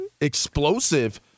explosive